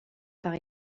par